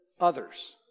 others